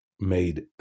made